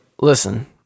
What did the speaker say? Listen